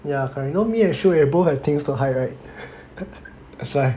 ya correct you me and Shi Wei both have things to hide right